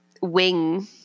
wing